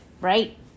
right